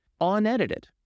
unedited